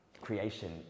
creation